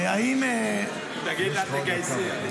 האם --- תגיד לה: תגייסי.